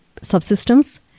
subsystems